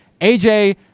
AJ